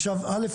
עכשיו: א',